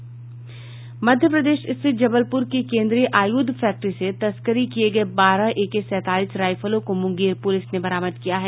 मध्य प्रदेश स्थित जबलपुर के केन्द्रीय आयुध फैक्ट्री से तस्करी किये गये बारह एके सैंतालीस राईफलों को मुंगेर पुलिस ने बरामद किया है